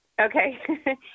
Okay